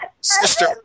sister